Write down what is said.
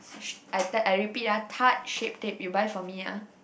I repeat ah Tarte Shape Tape you buy for me ah